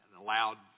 allowed